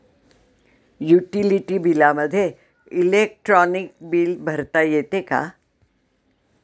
Utility बिलामध्ये electronic bill भरता येते का?